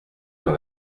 dans